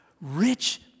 rich